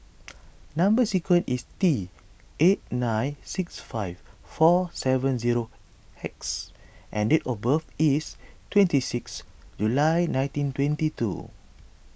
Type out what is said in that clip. Number Sequence is T eight nine six five four seven zero X and date of birth is twenty six July nineteen twenty two